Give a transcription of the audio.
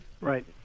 Right